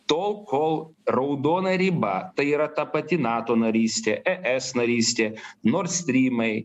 tol kol raudona riba tai yra ta pati nato narystė es narystė nordstrymai